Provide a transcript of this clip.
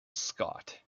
scott